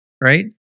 right